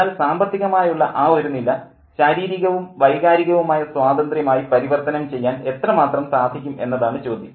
എന്നാൽ സാമ്പത്തികമായുള്ള ആ ഒരു നില ശാരീരികവും വൈകാരികവുമായ സ്വാതന്ത്ര്യം ആയി പരിവർത്തനം ചെയ്യാൻ എത്രമാത്രം സാധിക്കും എന്നതാണ് ചോദ്യം